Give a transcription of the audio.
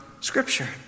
Scripture